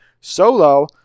Solo